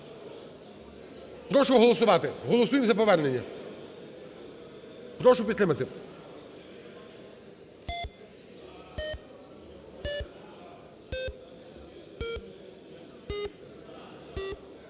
прошу голосувати, голосуємо за повернення. Прошу підтримати.